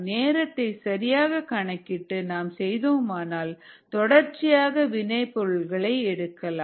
நேரத்தை சரியாக கணக்கிட்டு நாம் செய்தோமானால் தொடர்ச்சியாக வினை பொருளை எடுக்கலாம்